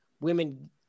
women